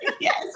Yes